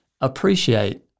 appreciate